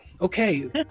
okay